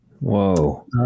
Whoa